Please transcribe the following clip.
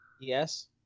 Yes